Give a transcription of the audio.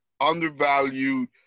undervalued